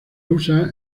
usa